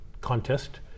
contest